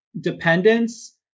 dependence